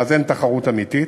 ואז אין תחרות אמיתית.